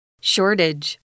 Shortage